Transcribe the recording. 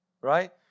right